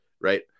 right